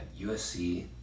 USC